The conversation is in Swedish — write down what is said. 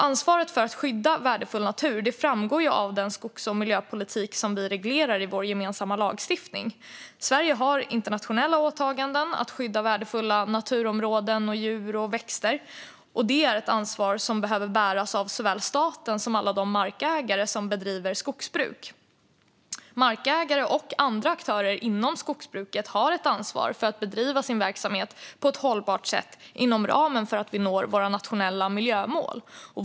Ansvaret för att skydda värdefull natur framgår av den skogs och miljöpolitik som vi reglerar i vår gemensamma lagstiftning. Sverige har internationella åtaganden att skydda värdefulla naturområden, djur och växter. Det är ett ansvar som behöver bäras av såväl staten som alla de markägare som bedriver skogsbruk. Markägare och andra aktörer inom skogsbruket har ett ansvar att bedriva sin verksamhet på ett hållbart sätt inom ramen för att vi når våra nationella miljömål.